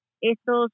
estos